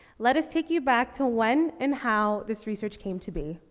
let us take you back to when and how this research came to be.